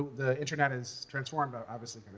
the internet has transformed, obviously,